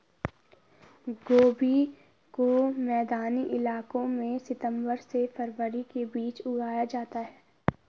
गोभी को मैदानी इलाकों में सितम्बर से फरवरी के बीच उगाया जाता है